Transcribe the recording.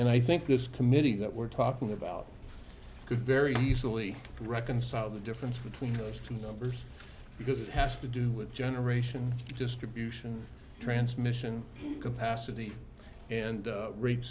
and i think this committee that we're talking about could very easily reconcile the difference between those two numbers because it has to do with generation distribution transmission capacity and